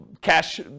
cash